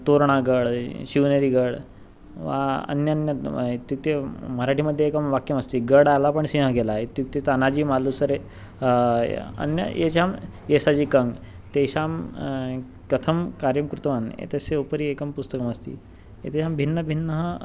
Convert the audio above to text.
तोरणागड् शिवनेरिगड् अन्यान्यद् इत्युक्ते मराठिमध्ये एकं वाक्यमस्ति गडालापण् सिह्ला गिलाय् इत्युक्ते तनाजिमालुसरे अन्यत् एषाम् एषजि कङ्ग् तेषां कथं कार्यं कृतवान् एतस्य उपरि एकं पुस्तकमस्ति एतेषां भिन्नभिन्नं